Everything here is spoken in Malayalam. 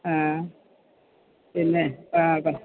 ആ പിന്നെ ആ പറയൂ